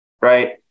right